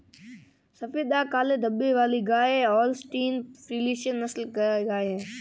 सफेद दाग काले धब्बे वाली गाय होल्सटीन फ्रिसियन नस्ल की गाय हैं